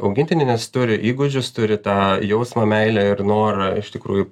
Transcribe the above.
augintinį nes turi įgūdžius turi tą jausmą meilę ir norą iš tikrųjų